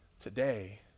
Today